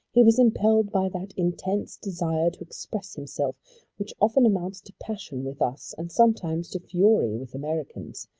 he was impelled by that intense desire to express himself which often amounts to passion with us, and sometimes to fury with americans,